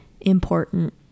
important